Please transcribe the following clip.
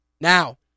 Now